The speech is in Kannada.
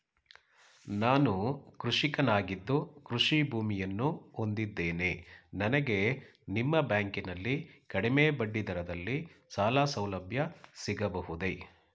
ನಾನು ಕೃಷಿಕನಾಗಿದ್ದು ಕೃಷಿ ಭೂಮಿಯನ್ನು ಹೊಂದಿದ್ದೇನೆ ನನಗೆ ನಿಮ್ಮ ಬ್ಯಾಂಕಿನಲ್ಲಿ ಕಡಿಮೆ ಬಡ್ಡಿ ದರದಲ್ಲಿ ಸಾಲಸೌಲಭ್ಯ ಸಿಗಬಹುದೇ?